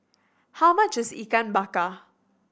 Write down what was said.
how much is Ikan Bakar